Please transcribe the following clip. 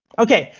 ok,